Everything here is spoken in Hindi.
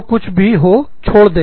जो कुछ भी हो छोड़ दें